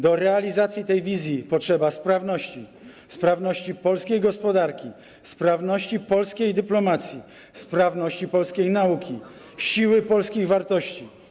Do realizacji tej wizji potrzeba sprawności: sprawności polskiej gospodarki, sprawności polskiej dyplomacji, sprawności polskiej nauki, siły polskich wartości.